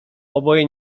oboje